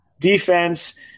defense